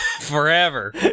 forever